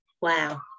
wow